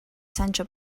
sancho